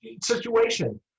situation